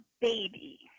baby